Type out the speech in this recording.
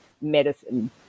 medicine